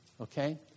okay